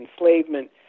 enslavement